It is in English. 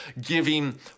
giving